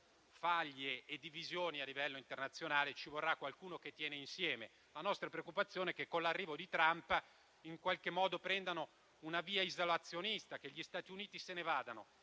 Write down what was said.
faglie e divisioni a livello internazionale, ci vorrà qualcuno che tiene insieme. La nostra preoccupazione è che, con l'arrivo di Trump, gli Stati Uniti prendano una via isolazionista e se ne vadano.